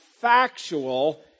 factual